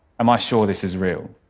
am i sure this is real?